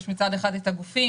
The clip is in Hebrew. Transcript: יש מצד את הגופים,